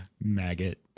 Maggot